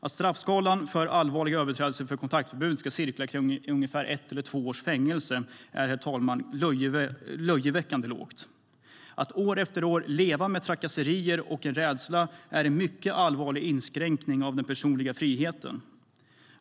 Att straffskalan för allvarliga överträdelser av kontaktförbud ska cirkla runt ett eller två års fängelse är, herr talman, löjeväckande lågt. Att år efter år leva med trakasserier och rädsla är en mycket allvarlig inskränkning av den personliga friheten.